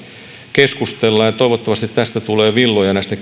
keskustella ja toivottavasti tulee villoja näistä